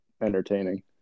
entertaining